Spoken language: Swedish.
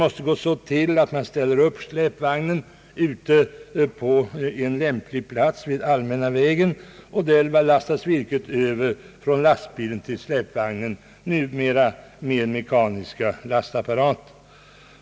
Man ställer upp släpvagnen på en lämplig plats vid allmänna vägen, och där lastas virket över från lastbilen till släpvagnen, numera med mekaniska lastapparater.